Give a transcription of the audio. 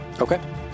Okay